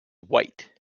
white